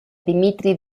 dmitri